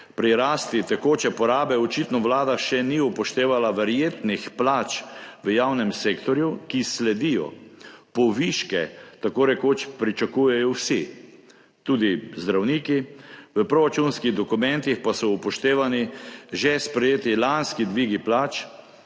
pri rasti tekoče porabe očitno Vlada še ni upoštevala verjetnih plač v javnem sektorju, ki sledijo, poviške tako rekoč pričakujejo vsi, tudi zdravniki, v proračunskih dokumentih pa so upoštevani že sprejeti lanski dvigi plač,